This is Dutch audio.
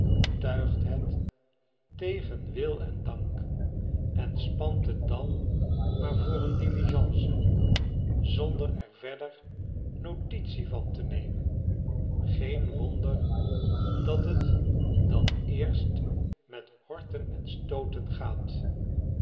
tuigt het tegen wil en dank en spant het dan maar voor een diligence zonder er verder notitie van te nemen geen wonder dat het dan eerst met horten en stooten gaat